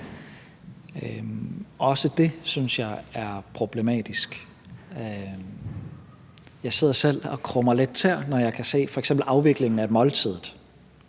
Også det synes jeg er problematisk. Jeg sidder selv og krummer lidt tæer, når jeg kan se f.eks. afviklingen af måltidet